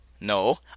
No